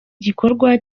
gikorwa